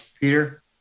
Peter